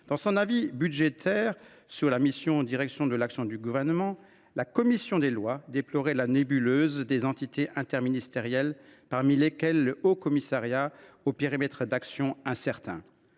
Dans son avis budgétaire sur la mission « Direction de l’action du Gouvernement », la commission des lois du Sénat déplorait la nébuleuse des entités interministérielles parmi lesquelles figure le Haut Commissariat au plan, au périmètre d’action incertain.